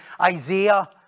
Isaiah